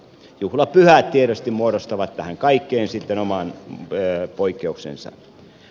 juhlapyhät tietysti muodostavat tähän kaikkeen sitten oman poikkeuksensa